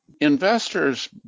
Investors